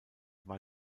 war